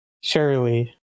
surely